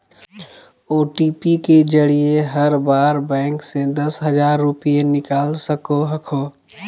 OTP के जरिए हर बार बैंक से दस हजार रुपए निकाल सको हखो